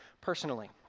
personally